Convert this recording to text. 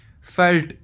felt